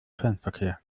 fernverkehr